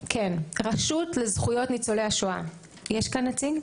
הרשות לזכויות ניצולי השואה יש כאן נציג?